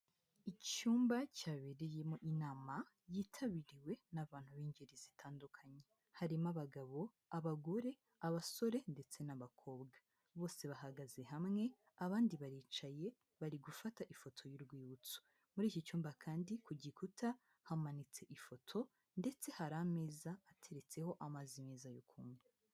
Icyumba cyabereyemo inama yitabiriwe n'abantu b'ingeri zitandukanye, harimo abagabo, abagore, abasore ndetse n'abakobwa, bose bahagaze hamwe abandi baricaye bari gufata ifoto y'urwibutso, muri iki cyumba kandi ku gikuta hamanitse ifoto ndetse hari ameza ateretseho amazi meza yo kunywa.